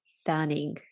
stunning